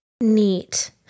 neat